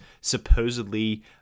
supposedly